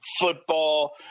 football